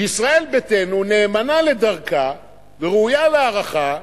ישראל ביתנו נאמנה לדרכה וראויה להערכה,